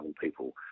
people